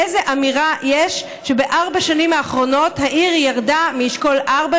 איזו אמירה יש שבארבע השנים האחרונות העיר ירדה מאשכול 4,